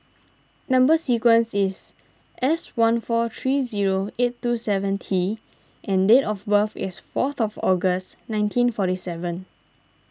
Number Sequence is S one four three zero eight two seven T and date of birth is fourth of August nineteen forty seven